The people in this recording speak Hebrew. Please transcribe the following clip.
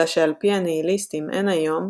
אלא שעל פי הניהיליסטים אין היום,